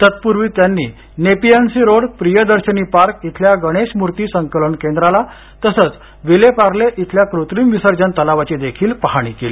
तत्पूर्वी त्यांनी Nepean Sea road Priyadarshini park इथल्या गणेश मूर्ती संकलन केंद्राला तसंच विलेपार्ले इथल्या कृत्रिम विसर्जन तलावाची देखील पाहणी केली